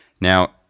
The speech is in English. Now